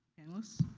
panelists?